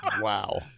Wow